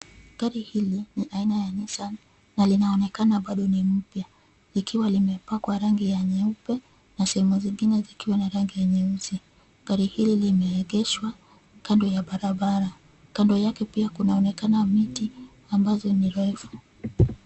Gari hili ni aina ya nissan na linaonekana bado ni mpya, likiwa limepakwa rangi ya nyeupe na sehemu zingine zikiwa na rangi nyeusi. Gari hili limeegeshwa kando ya barabara, kando yake pia kunaonekana miti ambazo ni refu.